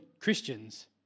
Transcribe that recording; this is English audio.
Christians